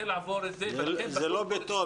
זה לא פתאום.